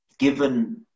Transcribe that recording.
given